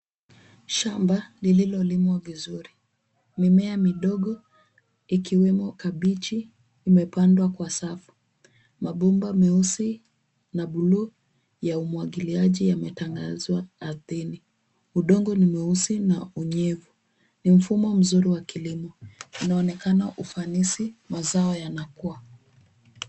Shamba lililolimwa vizuri. Mimea midogo ikiwemo kabeji imepandwa kwa safu. Mabomba meusi na bluu ya umwagiliaji yametandazwa ardhini. Udongo ni mweusi na unyevu. Ni mfumo mzuri wa kilimo. Unaonekana ufanisi mazao yanakua.